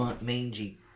Mangy